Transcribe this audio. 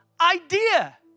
idea